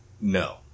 No